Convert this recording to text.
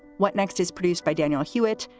what next is produced by daniel hewitt,